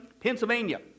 Pennsylvania